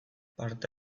parte